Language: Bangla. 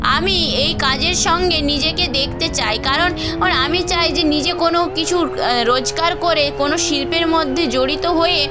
আমি এই কাজের সঙ্গে নিজেকে দেখতে চাই কারণ ওন আমি চাই যে নিজে কোনো কিছুর রোজগার করে কোনো শিল্পের মধ্যে জড়িত হয়ে